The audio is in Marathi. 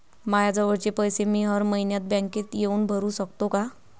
मायाजवळचे पैसे मी हर मइन्यात बँकेत येऊन भरू सकतो का?